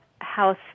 house